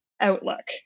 outlook